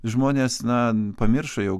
žmonės na pamiršo jau